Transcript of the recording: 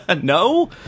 No